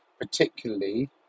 particularly